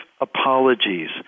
apologies